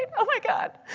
and oh my god,